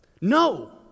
No